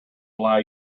allow